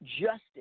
justice